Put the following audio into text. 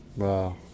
Wow